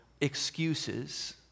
excuses